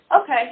Okay